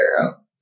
girl